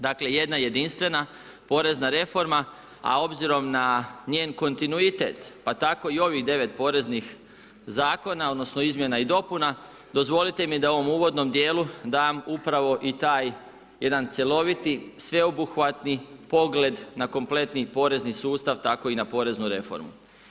Dakle jedna jedinstvena porezna reforma, a obzirom na njen kontinuitet pa tako i ovih 9 poreznih zakona, odnosno izmjena i dopuna, dozvolite mi da u ovom uvodnom djelu dam upravo i taj jedan cjeloviti, sveobuhvatni pogled na kompletni porezni sustav, tako i na poreznu reformu.